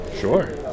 Sure